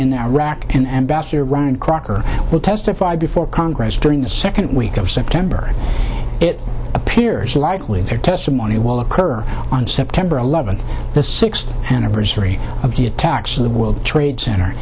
round crocker will testify before congress during the second week of september it appears likely their testimony will occur on september eleventh the sixth anniversary of the attacks of the world trade center